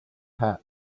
hat